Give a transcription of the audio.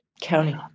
County